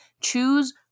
choose